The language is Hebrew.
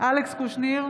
אלכס קושניר,